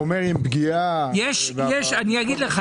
הוא אומר עם פגיעה --- אני אגיד לך,